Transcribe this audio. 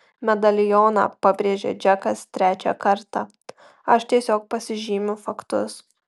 medalioną pabrėžė džekas trečią kartą aš tiesiog pasižymiu faktus